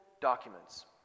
documents